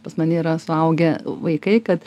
pas mane yra suaugę vaikai kad